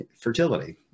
fertility